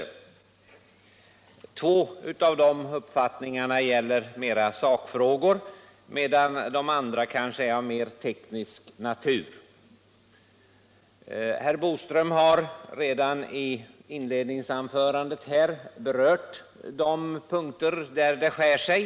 Två av de uppfattningarna gäller sakfrågor medan de andra kanske är av mera teknisk natur. Herr Boström har redan i inledningsanförandet berört de punkter där det skär sig.